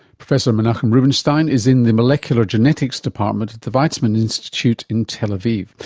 professor menachem rubinstein is in the molecular genetics department at the weizmann institute in tel aviv.